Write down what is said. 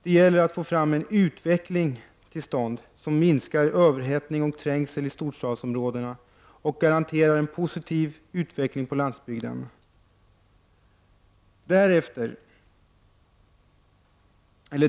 Det gäller att få en utveckling till stånd som minskar överhettning och trängsel i storstadsområdena och garanterar en positiv utveckling på landsbygden.